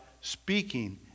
speaking